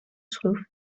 schroef